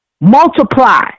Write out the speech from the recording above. Multiply